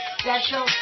special